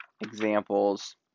examples